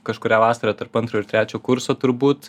kažkurią vasarą tarp antro ir trečio kurso turbūt